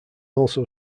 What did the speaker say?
also